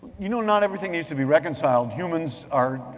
you know, not everything needs to be reconciled. humans are,